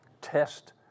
test